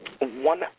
One